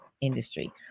industry